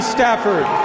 Stafford